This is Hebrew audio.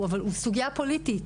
אבל הוא סוגיה פוליטית.